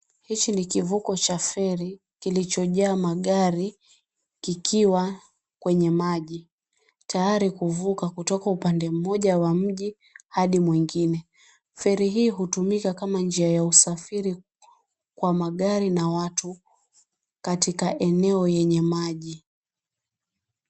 Hichi ni kivuko cha feri kilichojaa magari kikiwa kwenye maji tayari kuvuka kutoka upande mmoja wa mji hadi mwingine. Feri hii hutumika kama njia ya usafiri kwa magari na watu katika eneo yenye maji.